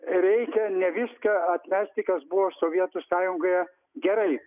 reikia ne viską atleisti kas buvo sovietų sąjungoje gerai